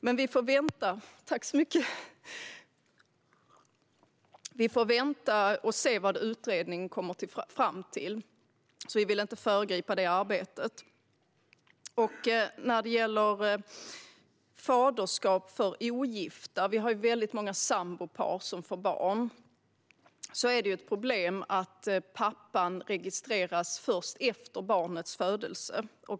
Men vi får vänta och se vad utredningen kommer fram till. Vi vill inte föregripa det arbetet. När det gäller faderskap för ogifta - det är ju många sambopar som får barn - är det ett problem att pappan registreras först efter barnets födelse.